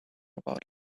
about